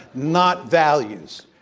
not values.